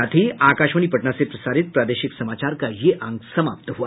इसके साथ ही आकाशवाणी पटना से प्रसारित प्रादेशिक समाचार का ये अंक समाप्त हुआ